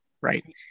Right